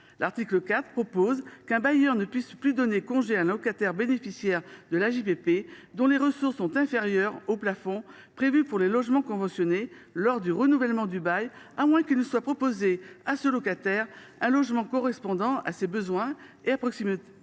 l’article 4 , un bailleur ne peut plus donner congé à un locataire bénéficiaire de l’AJPP dont les ressources sont inférieures au plafond prévu pour les logements conventionnés lors du renouvellement du bail, à moins que l’on ne propose à ce locataire un logement, à proximité, correspondant à ses besoins. Cette protection,